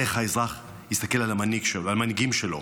איך האזרח יסתכל על המנהיגים שלו?